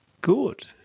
Good